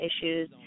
issues